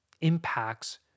impacts